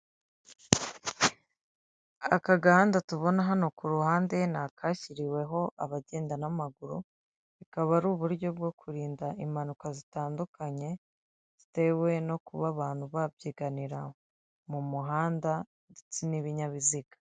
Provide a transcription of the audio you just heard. Aka gahanda tubona hano ku ruhande ni akashyiriweho abagenda n'amaguru, bikaba ari uburyo bwo kurinda impanuka zitandukanye zitewe no kuba abantu babyiganira mu muhanda ndetse n'ibinyabiziga.